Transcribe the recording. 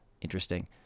Interesting